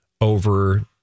over